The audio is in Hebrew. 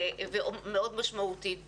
ומשמעותית מאוד.